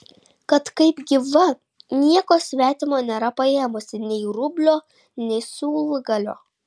kad kaip gyva nieko svetimo nėra paėmusi nei rublio nei siūlgalio